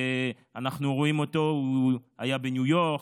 אנחנו רואים אותו, הוא היה בניו יורק,